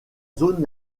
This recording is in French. zone